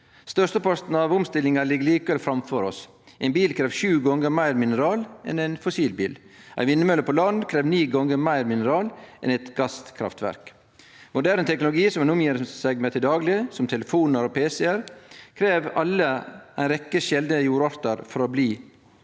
Størsteparten av omstillinga ligg likevel framføre oss. Ein elbil krev sju gonger meir mineral enn ein fossilbil. Ei vindmølle på land krev ni gonger meir mineral enn eit gasskraftverk. Og moderne teknologi som ein omgjev seg med til dagleg, som telefonar og pc-ar, krev alle ei rekkje sjeldne jordartar for å bli